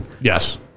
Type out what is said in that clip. Yes